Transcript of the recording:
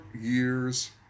years